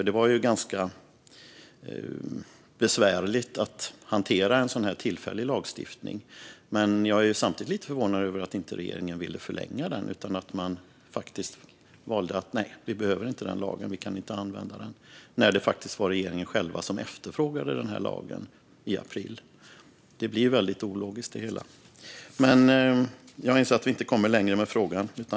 Det var ju ganska besvärligt att hantera en sådan här tillfällig lagstiftning. Men jag är samtidigt lite förvånad över att inte regeringen ville förlänga den utan valde att säga: Nej, vi behöver inte den lagen. Vi kan inte använda den. Det var ju faktiskt regeringen själv som efterfrågade lagen i april, så det hela blir väldigt ologiskt. Jag inser dock att vi inte kommer längre med frågan.